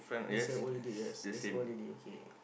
there's a old lady yes there's a old lady okay